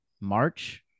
March